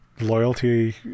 loyalty